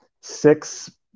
six